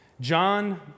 John